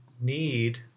need